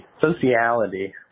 sociality